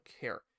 care